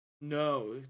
No